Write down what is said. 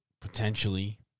potentially